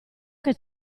che